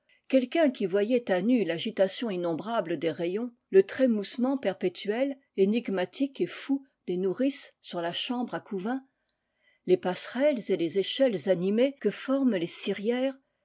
quelqu'un qui voyait à nu fagitation innombrable des rayons le trémoussement perpétuel énigmatique et fou des nourrices sur la chambre à couvain les passerelles et les échelles animées que forment les cirières